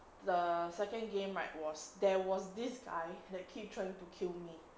the second game right was there was this guy that keep trying to kill me